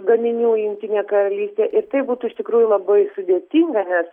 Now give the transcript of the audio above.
gaminių į jungtinę karalystę ir tai būtų iš tikrųjų labai sudėtinga nes